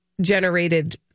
generated